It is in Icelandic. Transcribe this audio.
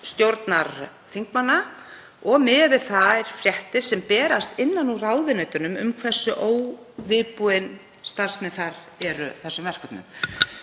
stjórnarþingmanna og miðað við þær fréttir sem berast innan úr ráðuneytunum um hversu óviðbúnir starfsmenn þar eru þessum verkefnum.